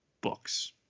Books